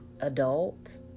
adult